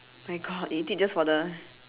my god you eat it just for the